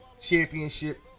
championship